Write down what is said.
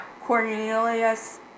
Cornelius